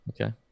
Okay